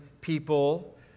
people